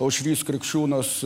aušrys krikščiūnas